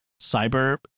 cyber